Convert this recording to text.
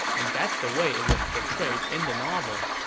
and that's the way it was portrayed in the novel.